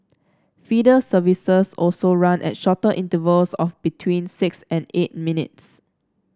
feeder services also run at shorter intervals of between six and eight minutes